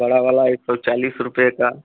बड़ा वाला एक सौ चालीस रूपए का